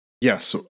Yes